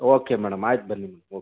okay madam ಆಯ್ತು ಬನ್ನಿ ma'am okay